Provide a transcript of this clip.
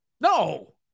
no